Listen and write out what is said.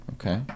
Okay